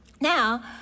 Now